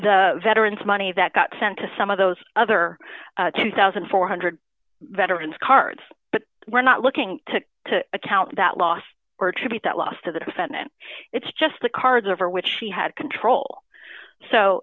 the veterans money that got sent to some of those other two thousand four hundred veterans cards but we're not looking to account that lost or attribute that loss to the defendant it's just the cards over which he had control so